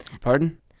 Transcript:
Pardon